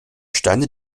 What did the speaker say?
steine